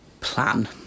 plan